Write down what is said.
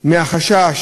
מהחשש